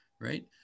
right